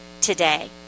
today